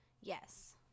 yes